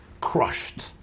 crushed